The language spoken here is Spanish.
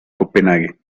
copenhague